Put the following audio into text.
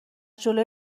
جلوی